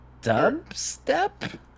Dubstep